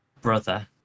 brother